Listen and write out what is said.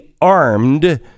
armed